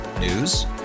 News